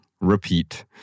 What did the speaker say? Repeat